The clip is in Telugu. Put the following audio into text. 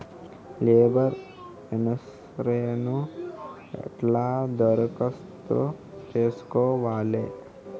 లేబర్ ఇన్సూరెన్సు ఎట్ల దరఖాస్తు చేసుకోవాలే?